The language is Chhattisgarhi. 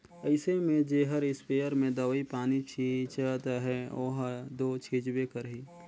अइसे में जेहर इस्पेयर में दवई पानी छींचत अहे ओहर दो छींचबे करही